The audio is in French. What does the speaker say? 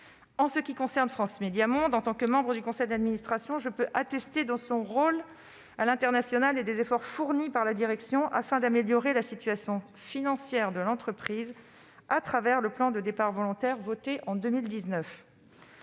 En ce qui concerne France Médias Monde, en tant que membre du conseil d'administration, je peux attester de son rôle à l'international et des efforts fournis par la direction afin d'améliorer la situation financière de l'entreprise, au travers du plan de départs volontaires voté en 2019.